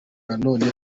nanone